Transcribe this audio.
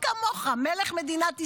מי כמוך, מלך מדינת ישראל.